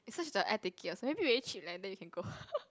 eh search the air ticket also maybe very cheap leh then we can go